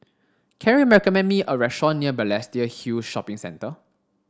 can you recommend me a restaurant near Balestier Hill Shopping Centre